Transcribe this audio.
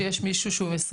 שיש מישהו שהוא 24